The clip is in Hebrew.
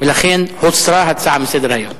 ולכן הוסרה מסדר-היום.